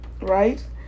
right